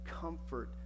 comfort